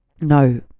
no